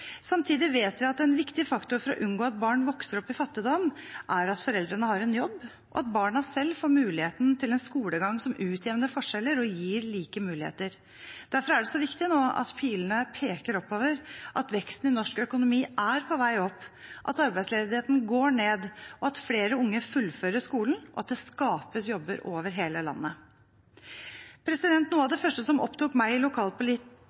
Samtidig vet vi at en viktig faktor for å unngå at barn vokser opp i fattigdom, er at foreldrene har en jobb, og at barna selv får muligheten til en skolegang som utjevner forskjeller og gir alle like muligheter. Derfor er det så viktig at pilene peker oppover, at veksten i norsk økonomi er på vei opp, at arbeidsledigheten går ned, at flere unge fullfører skolen, og at det skapes jobber over hele landet. Noe av det første som opptok meg i